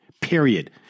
period